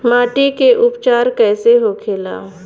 माटी के उपचार कैसे होखे ला?